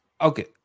okay